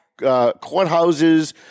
courthouses